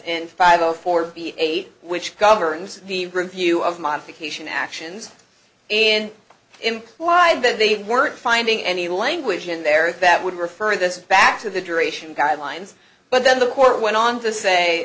and five zero four eight which governs the view of modification actions and implied that they weren't finding any language in there that would refer this back to the duration guidelines but then the court went on to say